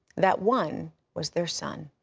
that one was their son.